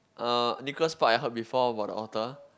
uh Nicholas-Sparks I heard before about the author